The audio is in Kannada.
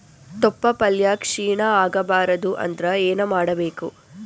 ತೊಪ್ಲಪಲ್ಯ ಕ್ಷೀಣ ಆಗಬಾರದು ಅಂದ್ರ ಏನ ಮಾಡಬೇಕು?